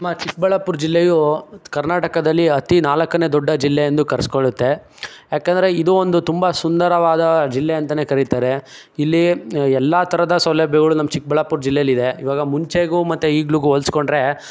ನಮ್ಮ ಚಿಕ್ಕಬಳ್ಳಾಪುರ ಜಿಲ್ಲೆಯು ಕರ್ನಾಟಕದಲ್ಲಿ ಅತೀ ನಾಲ್ಕನೇ ದೊಡ್ಡ ಜಿಲ್ಲೆ ಎಂದು ಕರೆಸ್ಕೊಳ್ಳುತ್ತೆ ಯಾಕೆಂದರೆ ಇದು ಒಂದು ತುಂಬ ಸುಂದರವಾದ ಜಿಲ್ಲೆ ಅಂತಲೇ ಕರೀತಾರೆ ಇಲ್ಲಿ ಎಲ್ಲ ಥರದ ಸೌಲಭ್ಯಗಳು ನಮ್ಮ ಚಿಕ್ಕಬಳ್ಳಾಪುರ ಜಿಲ್ಲೆಯಲ್ಲಿದೆ ಈವಾಗ ಮುಂಚೆಗೂ ಮತ್ತೆ ಈಗ್ಲಿಗೂ ಹೋಲಿಸ್ಕೊಂಡ್ರೆ